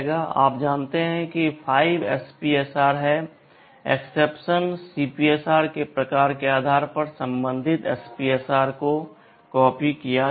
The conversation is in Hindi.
आप जानते हैं कि 5 SPSR हैं एक्सेप्शन CPSR के प्रकार के आधार पर संबंधित SPSR को कॉपी किया जाएगा